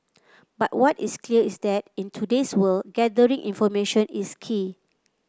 but what is clear is that in today's world gathering information is key